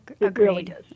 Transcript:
agreed